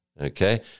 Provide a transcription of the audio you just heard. Okay